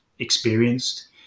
experienced